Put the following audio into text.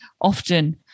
often